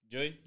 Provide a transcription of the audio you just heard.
Joy